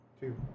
Two